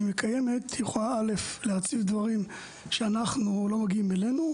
ואם היא קיימת היא יכולה להציף דברים שלא מגיעים אלינו,